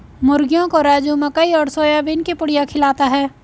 मुर्गियों को राजू मकई और सोयाबीन की पुड़िया खिलाता है